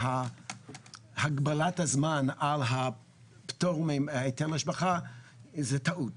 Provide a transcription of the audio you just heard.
שהגבלת הזמן על הפטור מהיטל השבחה זה טעות,